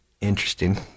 interesting